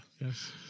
Yes